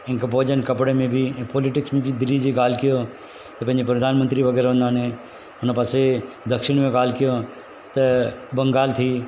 हिन के भोॼन कपिड़े में बि ऐं पॉलिटीकस में बि दिल्ली जी ॻाल्हि कयो त पंहिंजे प्रधानमंत्री वग़ैरह हूंदा आहिनि हुन पासे दक्षिण में ॻाल्हि कयांव त बंगाल थी